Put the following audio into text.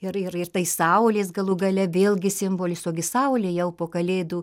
ir ir ir tai saulės galų gale vėlgi simbolis o gi saulė jau po kalėdų